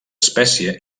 espècie